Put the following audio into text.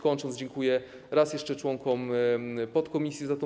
Kończąc, dziękuję raz jeszcze członkom podkomisji za tę pracę.